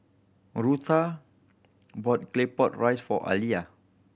Rutha bought Claypot Rice for Aaliyah